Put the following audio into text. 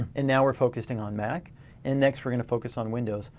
and now we're focusing on mac and next we're gonna focus on windows.